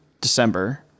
December